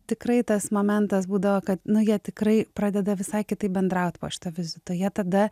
tikrai tas momentas būdavo kad na jie tikrai pradeda visai kitaip bendraut po šito vizito jie tada